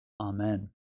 Amen